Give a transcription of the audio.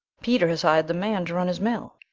peter has hired the man to run his mill.